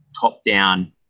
top-down